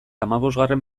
hamabosgarren